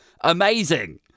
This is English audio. Amazing